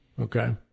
Okay